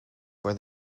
for